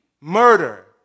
murder